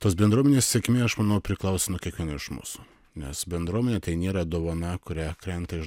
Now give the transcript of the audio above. tos bendruomenės sėkmė aš manau priklauso nuo kiekvieno iš mūsų nes bendruomenė tai nėra dovana kurią krenta iš